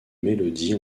mélodie